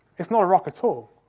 it's not a rock at all,